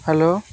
hello